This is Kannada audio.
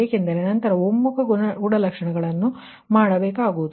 ಏಕೆಂದರೆ ನಂತರ ಒಮ್ಮುಖ ಗುಣಲಕ್ಷಣ ಗಳನ್ನು ಮಾಡಬೇಕಾಗುತ್ತದೆ